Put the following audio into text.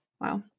Wow